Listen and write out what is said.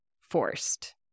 forced